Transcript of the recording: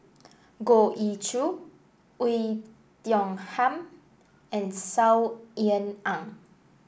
Goh Ee Choo Oei Tiong Ham and Saw Ean Ang